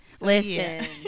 Listen